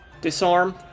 disarm